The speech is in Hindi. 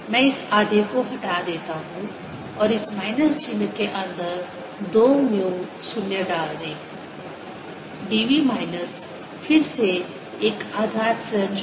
मैं इस आधे को हटा देता हूँ और इस माइनस चिन्ह के अंदर दो म्यू 0 डाल दें dv माइनस फिर से एक आधा एप्सिलॉन 0 E वर्ग dv